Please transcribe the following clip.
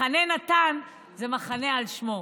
מחנה נתן זה מחנה על שמו.